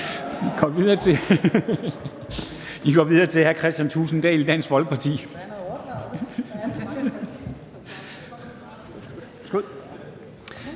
Vi går videre til hr. Kristian Thulesen Dahl, Dansk Folkeparti.